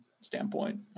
standpoint